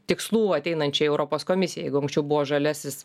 tikslų ateinančiai europos komisijai jeigu anksčiau buvo žaliasis